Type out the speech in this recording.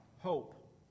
Hope